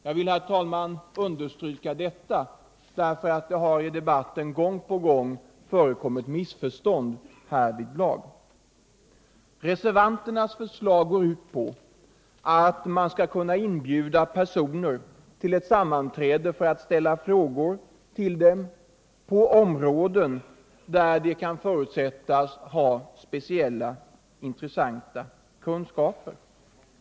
Jag vill, herr talman, understryka detta, därför att det i debatten gång på gång har förekommit missförstånd härvidlag. Reservanternas förslag går ut på att man skall kunna inbjuda personer till ett sammanträde för att ställa frågor till dem på områden där de kan förutsättas ha speciella, intressanta kunskaper.